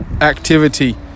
activity